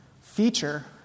feature